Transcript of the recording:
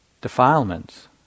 defilements